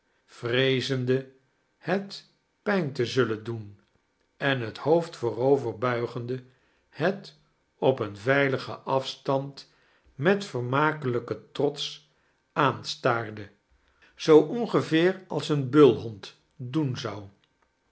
vreezende het pdjn te zullein doen en het hoofd voorover buigende het op een veiligen afstand met verw makelijken trots aanstaarde zoo ongeveer als een bulhond doen zou